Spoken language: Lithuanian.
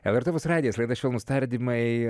lrt opus radijas laida švelnūs tardymai